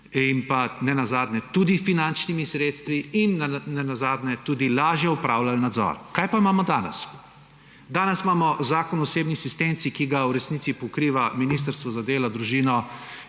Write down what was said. in nenazadnje tudi finančnimi sredstvi ter tudi lažje opravljali nadzor. Kaj pa imamo danes? Danes imamo Zakon o osebni asistenci, ki ga v resnici pokriva ministrstvo za delo, družino